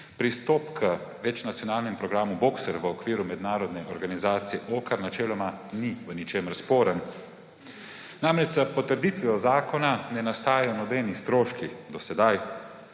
pristop k večnacionalnemu programu Boxer v okviru mednarodne organizacije OCCAR načeloma ni v ničemer sporen. Namreč s potrditvijo zakona ne nastajajo nobeni stroški, do sedaj.